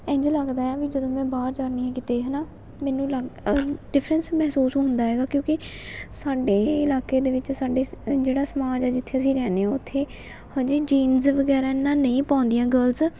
ਇੰਝ ਲੱਗਦਾ ਵੀ ਜਦੋਂ ਮੈਂ ਬਾਹਰ ਜਾਂਦੀ ਕਿਤੇ ਹੈ ਨਾ ਮੈਨੂੰ ਲਗ ਡਿਫਰੈਂਸ ਮਹਿਸੂਸ ਹੁੰਦਾ ਹੈਗਾ ਕਿਉਂਕਿ ਸਾਡੇ ਇਲਾਕੇ ਦੇ ਵਿੱਚ ਸਾਡੇ ਸ ਜਿਹੜਾ ਸਮਾਜ ਹੈ ਜਿੱਥੇ ਅਸੀਂ ਰਹਿੰਦੇ ਹਾਂ ਉੱਥੇ ਹਜੇ ਜੀਨਸ ਵਗੈਰਾ ਇੰਨਾਂ ਨਹੀਂ ਪਾਉਂਦੀਆਂ ਗਰਲਸ